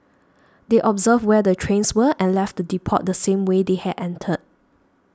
they observed where the trains were and left the depot the same way they had entered